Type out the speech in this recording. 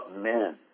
men